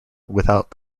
without